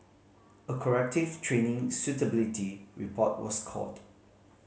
a corrective training suitability report was called